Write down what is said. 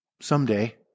someday